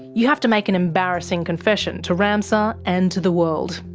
you have to make an embarrassing confession to ramsar and to the world.